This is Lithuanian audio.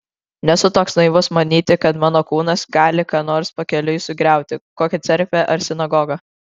nesu toks naivus manyti kad mano kūnas gali ką nors pakeliui sugriauti kokią cerkvę ar sinagogą